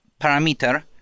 parameter